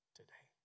today